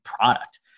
product